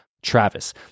Travis